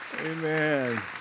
Amen